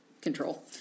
control